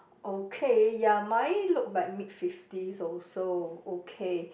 okay ya mine look like mid fifties also okay